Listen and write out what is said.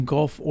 Gulf